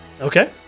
Okay